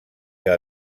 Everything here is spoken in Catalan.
que